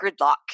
gridlock